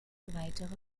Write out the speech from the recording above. weitere